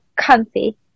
comfy